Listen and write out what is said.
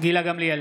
גילה גמליאל,